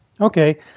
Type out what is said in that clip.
Okay